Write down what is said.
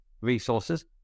resources